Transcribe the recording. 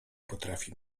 potrafi